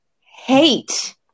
hate